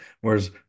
Whereas